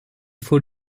faut